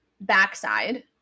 backside